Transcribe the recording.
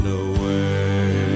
away